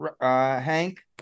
Hank